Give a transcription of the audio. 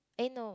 eh no